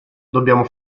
dobbiamo